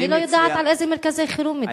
אני לא יודעת על איזה מרכזי חירום מדברים.